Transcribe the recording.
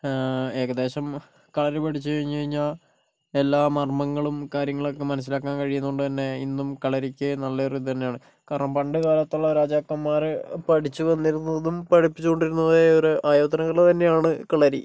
ഏകദേശം കളരി പഠിച്ച് കഴിഞ്ഞ് കഴിഞ്ഞാൽ എല്ലാ മർമ്മങ്ങളും കാര്യങ്ങളൊക്കെ മനസ്സിലാക്കാൻ കഴിയുന്നതുകൊണ്ടുതന്നെ ഇന്നും കളരിക്ക് നല്ലൊരു ഇത് തന്നെയാണ് കാര്യം പണ്ട് കാലത്തുള്ള രാജാക്കന്മാര് പഠിച്ച് വന്നിരുന്നതും പഠിപ്പിച്ചുകൊണ്ടിരുന്നതുമായ ഒരു ആയോധനകല തന്നെയാണ് കളരി